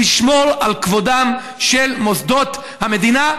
לשמור על כבודם של מוסדות המדינה,